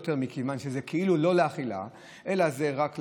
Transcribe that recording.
מכיוון שזה כאילו לא לאכילה אלא זה רק לברכה,